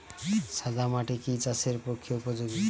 সাদা মাটি কি চাষের পক্ষে উপযোগী?